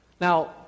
Now